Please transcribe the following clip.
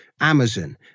Amazon